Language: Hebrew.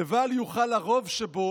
לבל יוכל הרוב שבו,